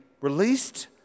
released